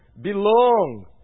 belong